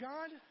God